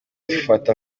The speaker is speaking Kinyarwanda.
fata